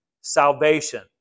salvation